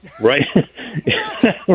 Right